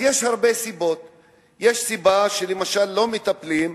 אינוס בכוח ודברים אחרים,